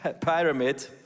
pyramid